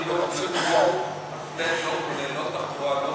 תחבורה וחינוך נתנו, לא תחבורה, לא